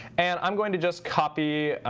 and i'm going to just copy